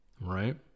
right